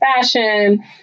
fashion